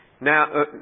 Now